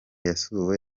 yasuwe